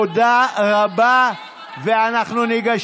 שעושים